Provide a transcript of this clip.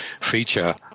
feature